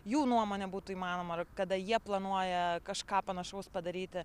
jų nuomone būtų įmanoma ar kada jie planuoja kažką panašaus padaryti